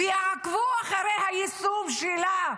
ויעקבו אחרי היישום שלה,